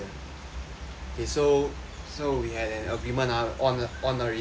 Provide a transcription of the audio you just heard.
okay so so we had an agreement ah on on already ah